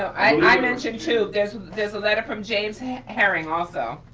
i mentioned two, there's there's a letter from james haring also.